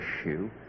issue